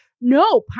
no